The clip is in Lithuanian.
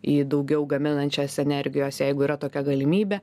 į daugiau gaminančias energijos jeigu yra tokia galimybė